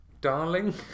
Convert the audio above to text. darling